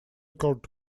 cold